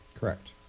Correct